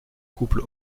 couple